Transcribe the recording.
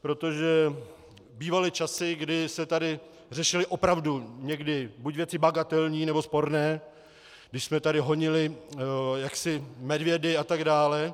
Protože bývaly časy, kdy se tady řešily opravdu někdy buď věci bagatelní, nebo sporné, když jsme tady honili jaksi medvědy atd.